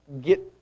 get